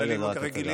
כרגע זאת רק הצגה.